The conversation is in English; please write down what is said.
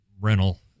rental